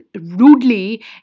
rudely